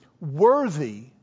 worthy